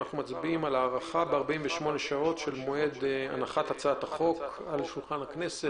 ב-48 שעות של מועד הנחת הצעת החוק על שולחן הכנסת.